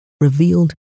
revealed